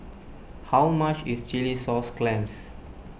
how much is Chilli Sauce Clams